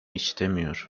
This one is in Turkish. istemiyor